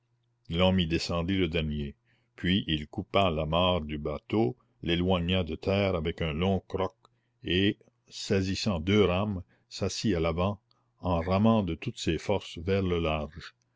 l'homme y descendit le dernier puis il coupa l'amarre du bateau l'éloigna de terre avec un long croc et saisissant deux rames s'assit à l'avant en ramant de toutes ses forces vers le large